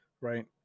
Right